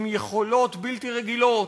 עם יכולות בלתי רגילות.